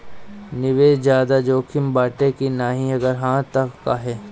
निवेस ज्यादा जोकिम बाटे कि नाहीं अगर हा तह काहे?